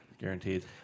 guaranteed